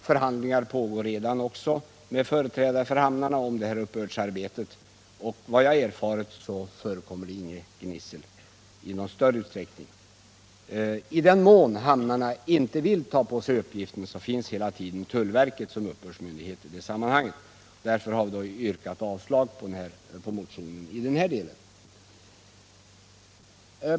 Förhandlingar pågår redan med företrädare för hamnarna om detta uppbördsarbete. Enligt vad jag erfarit förekommer det inget gnissel. Om hamnarna inte vill ta på sig uppgiften finns hela tiden tullverket som uppbördsmyndighet. Därför har vi yrkat avslag på motionen i den här delen.